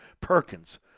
Perkins